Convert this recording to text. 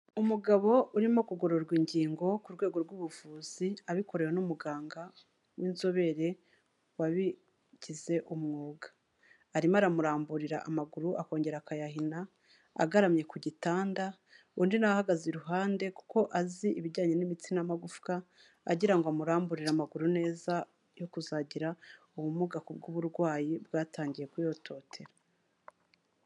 Umugabo urimo kugororwa ingingo, ku rwego rw'ubuvuzi abikorewe n'umuganga w'inzobere wabigize umwuga, arimo aramuramburira amaguru, akongera akayahina, agaramye ku gitanda, undi nawe ahagaze iruhande kuko azi ibijyanye n'imitsi na n'amagufwa, agira ngo amuramburire amaguru neza yo kuzagira ubumuga ku bw'uburwayi bwatangiye kuyototera.